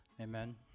Amen